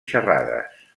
xerrades